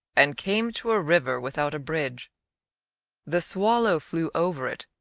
and came to a river without a bridge the swallow flew over it,